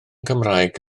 cymraeg